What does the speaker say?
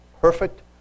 perfect